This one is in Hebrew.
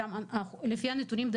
לפי הנתונים שלנו,